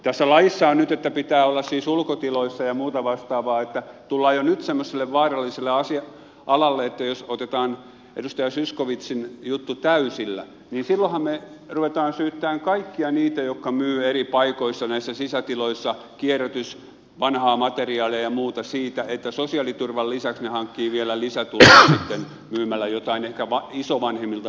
tässä laissa on nyt että pitää olla siis ulkotiloissa ja muuta vastaavaa että tullaan jo nyt semmoiselle vaaralliselle alalle että jos otetaan edustaja zyskowiczin juttu täysillä niin silloinhan ruvetaan syyttämään kaikkia niitä jotka myyvät eri paikoissa näissä sisätiloissa kierrätys vanhaa materiaalia ja muuta siitä että sosiaaliturvan lisäksi he hankkivat vielä lisätuloja sitten myymällä jotain ehkä isovanhemmilta perittyä omaisuutta